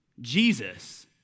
Jesus